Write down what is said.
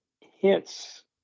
hints